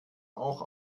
auch